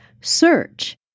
search